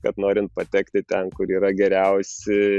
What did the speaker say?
kad norint patekti ten kur yra geriausi